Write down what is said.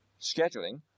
scheduling